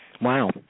Wow